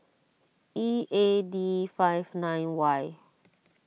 E A D five nine Y